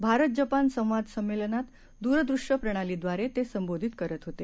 भारत जपान संवाद संमेलनात दुरदूश्य प्रणालीद्वारे ते संबोधित करत होते